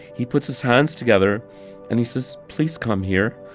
he puts his hands together and he says, please, come here.